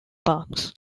parks